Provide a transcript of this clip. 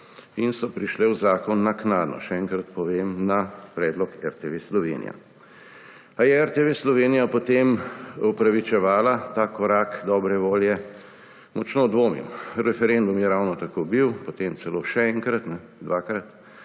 in so prišle v zakon naknadno, še enkrat povem, na predlog RTV Slovenija. Ali je RTV Slovenija potem upravičevala ta korak dobre volje? Močno dvomim. Referendum je ravno tako bil, potem celo še enkrat, dvakrat,